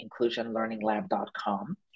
inclusionlearninglab.com